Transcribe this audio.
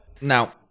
Now